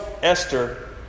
Esther